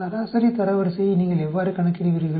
சராசரி தரவரிசையை நீங்கள் எவ்வாறு கணக்கிடுவீர்கள்